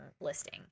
listing